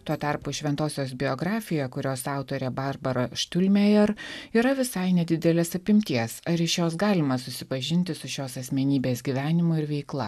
tuo tarpu šventosios biografija kurios autorė barbara štiulmejer yra visai nedidelės apimties ar iš jos galima susipažinti su šios asmenybės gyvenimu ir veikla